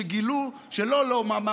שגילו שלא מה,